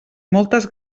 moltes